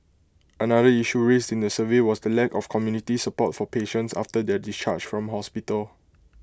another issue raised in the survey was the lack of community support for patients after their discharge from hospital